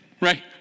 Right